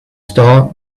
star